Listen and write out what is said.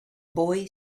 boy